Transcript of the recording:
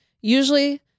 Usually